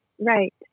right